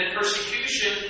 persecution